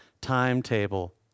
timetable